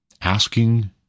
asking